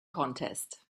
contest